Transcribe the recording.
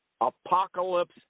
Apocalypse